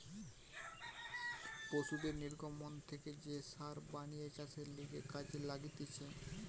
পশুদের নির্গমন থেকে যে সার বানিয়ে চাষের লিগে কাজে লাগতিছে